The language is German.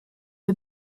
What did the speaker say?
wir